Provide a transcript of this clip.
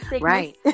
Right